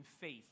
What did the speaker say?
faith